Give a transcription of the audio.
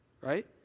right